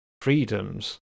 freedoms